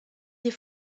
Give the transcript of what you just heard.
des